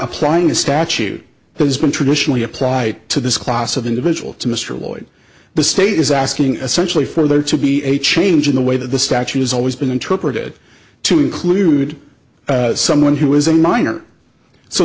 applying the statute has been traditionally applied to this class of individual to mr lloyd the state is asking essential for there to be a change in the way that the statute has always been interpreted to include someone who is a minor so